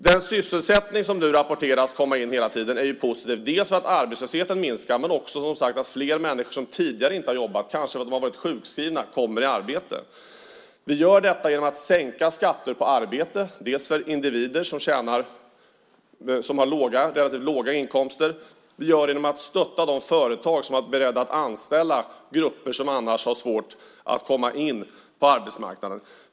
Den sysselsättning som nu rapporteras komma in hela tiden är positiv, dels för att arbetslösheten minskar, dels också, som sagt, för att flera människor som tidigare inte har jobbat - de kanske har varit sjukskrivna - kommer i arbete. Vi gör detta genom att sänka skatter på arbete, dels för individer som har låga inkomster, dels genom att stötta de företag som varit beredda att anställa grupper som annars har svårt att komma in på arbetsmarknaden.